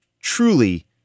truly